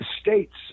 states